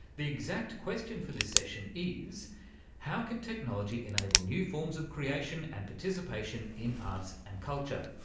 the exact question for this session is how can technology enable new forms of creation and participation in arts and culture?